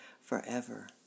forever